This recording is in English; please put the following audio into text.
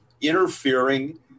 interfering